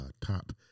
top